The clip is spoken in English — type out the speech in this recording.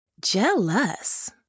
Jealous